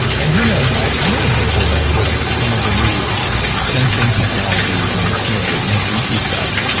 and who knows, i'm really hopeful that with some of the new sensing technologies and some of the more geeky stuff,